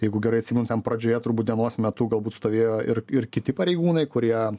jeigu gerai atsimenu ten pradžioje turbūt dienos metu galbūt stovėjo ir ir kiti pareigūnai kurie